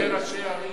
סגני ראשי ערים.